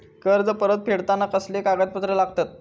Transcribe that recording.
कर्ज परत फेडताना कसले कागदपत्र लागतत?